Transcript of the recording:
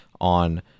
on